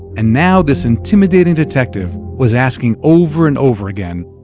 and now this intimidating detective was asking, over and over again,